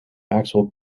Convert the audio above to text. maxwell